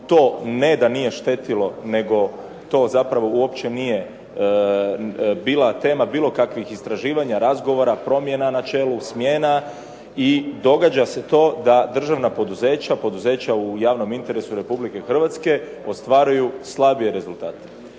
ne da nije štetilo, to zapravo uopće nije bilo tema bilo kakvih istraživanja, razgovora, promjena na čelu, smjena i događa se to da državna poduzeća, poduzeća u javnom interesu Republike Hrvatske ostvaruju slabije rezultate.